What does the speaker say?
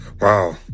Wow